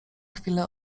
chwilę